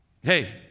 Hey